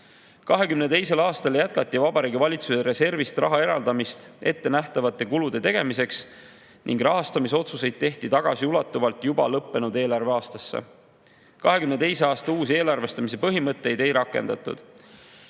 2022. aastal jätkati Vabariigi Valitsuse reservist raha eraldamist ettenähtavate kulude tegemiseks ning rahastamisotsuseid tehti tagasiulatuvalt juba lõppenud eelarveaastasse. 2022. aastal uusi eelarvestamise põhimõtteid ei rakendatud.